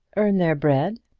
earn their bread.